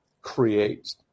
create